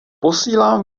posílám